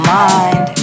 mind